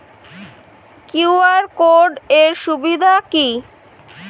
QR code এর সুবিধা কি?